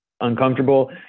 uncomfortable